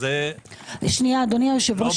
אדוני היושב-ראש,